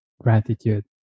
gratitude